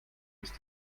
ist